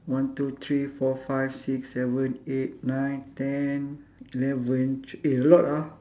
one two three four five six seven eight nine ten eleven tw~ eh a lot ah